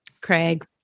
Craig